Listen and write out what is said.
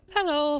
Hello